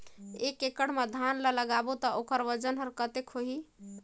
एक एकड़ मा धान ला लगाबो ता ओकर वजन हर कते होही?